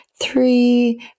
Three